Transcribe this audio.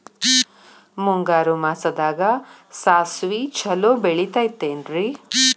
ಮುಂಗಾರು ಮಾಸದಾಗ ಸಾಸ್ವಿ ಛಲೋ ಬೆಳಿತೈತೇನ್ರಿ?